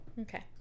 Okay